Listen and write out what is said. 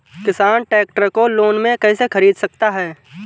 किसान ट्रैक्टर को लोन में कैसे ख़रीद सकता है?